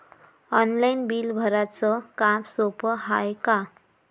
Online bill भराच काम सोपं हाय का?